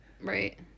Right